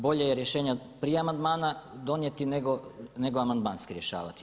Bolje je rješenja prije amandmana donijeti nego amandmanski rješavati.